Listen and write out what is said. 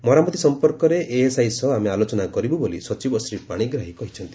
ମରାମତି ସମ୍ମର୍କରେ ଏଏସଆଇ ସହ ଆମେ ଆଲୋଚନା କରିବୁ ବୋଲି ସଚିବ ଶ୍ରୀ ପାଣିଗ୍ରାହୀ କହିଛନ୍ତି